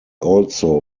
also